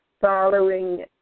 following